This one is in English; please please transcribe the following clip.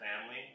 family